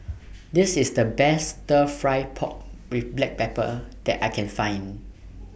This IS The Best Stir Fry Pork with Black Pepper that I Can Find